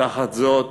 תחת זאת